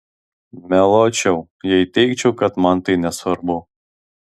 meluočiau jei teigčiau kad man tai nesvarbu